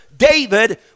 David